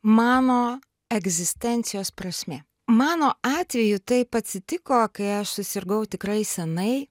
mano egzistencijos prasmė mano atveju taip atsitiko kai aš susirgau tikrai senai